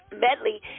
medley